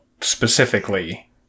specifically